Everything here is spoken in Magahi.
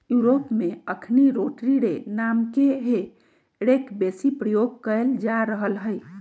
यूरोप में अखनि रोटरी रे नामके हे रेक बेशी प्रयोग कएल जा रहल हइ